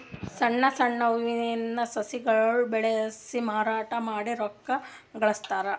ಸಣ್ಣ್ ಸಣ್ಣ್ ಹೂವಿನ ಸಸಿಗೊಳ್ ಬೆಳಸಿ ಮಾರಾಟ್ ಮಾಡಿ ರೊಕ್ಕಾ ಗಳಸ್ತಾರ್